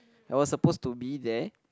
I was supposed to be there